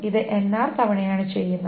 ഇത് nr തവണയാണ് ചെയ്യുന്നത്